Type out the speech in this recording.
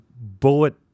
bullet-